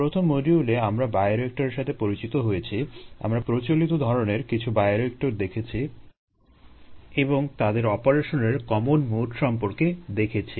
প্রথম মডিউলে আমরা বায়োরিয়েক্টরের সাথে পরিচিত হয়েছি আমরা প্রচলিত ধরনের কিছু বায়োরিয়েক্টর দেখেছি এবং তাদের অপারেশনের কমন মোড সম্পর্কে দেখেছি